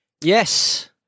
Yes